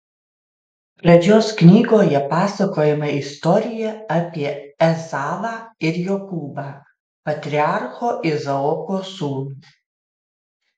pradžios knygoje pasakojama istorija apie ezavą ir jokūbą patriarcho izaoko sūnų